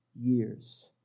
years